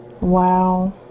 Wow